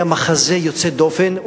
היה מחזה יוצא דופן,